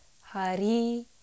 hari